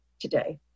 today